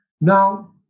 Now